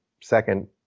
second